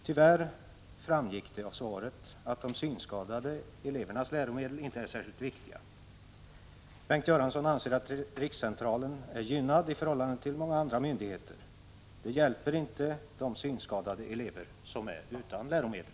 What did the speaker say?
Tyvärr framgick det av svaret att de synskadade elevernas läromedel inte är särskilt viktiga. Bengt Göransson anser att rikscentralerna är gynnade i förhållande till många andra myndigheter. Det hjälper inte de synskadade elever som är utan läromedel.